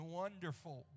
wonderful